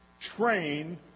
train